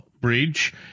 Bridge